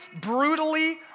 brutally